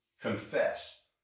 confess